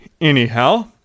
Anyhow